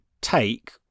take